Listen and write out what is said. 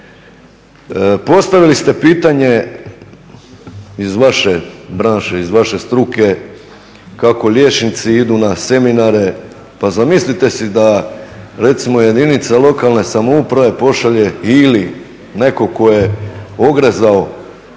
Postavili ste pitanje iz vaše branše, iz vaše struke kako liječnici idu na seminare pa zamislite si da recimo jedinica lokalne samouprave pošalje ili netko tko je ogrezao